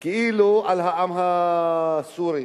כאילו, על העם הסורי,